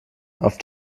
auf